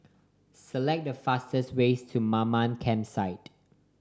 select the fastest ways to Mamam Campsite